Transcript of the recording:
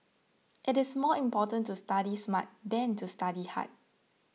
it is more important to study smart than to study hard